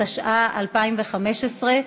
התשע"ו 2015,